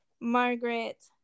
Margaret